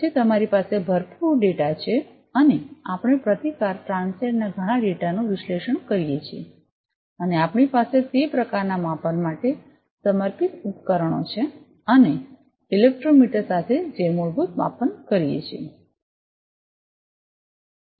પછી તમારી પાસે ભરપૂર ડેટા છે અને આપણે પ્રતિકાર ટ્રાન્સિએંટ ના ઘણા ડેટાનું વિશ્લેષણ કરીએ છીએ અને આપણી પાસે તે પ્રકારના માપન માટે સમર્પિત ઉપકરણો છે અને ઇલેક્ટ્રોમીટર સાથે જે મૂળભૂત માપન કરીએ છીએ